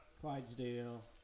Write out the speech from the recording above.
Clydesdale